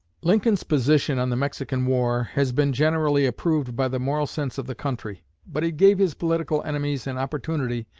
lincoln's position on the mexican war has been generally approved by the moral sense of the country but it gave his political enemies an opportunity,